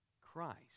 Christ